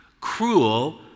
cruel